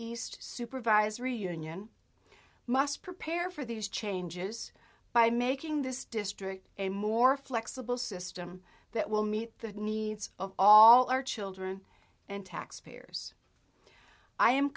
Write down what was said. east supervisory union must prepare for these changes by making this district a more flexible system that will meet the needs of all our children and taxpayers i am